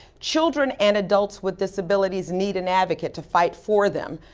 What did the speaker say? children and adults with disabilities need an advocated to fight for them.